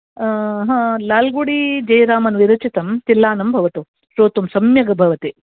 लाल्गुडिजयरामन् विरचितं तिल्लानं भवतु श्रोतुं सम्यक् भवति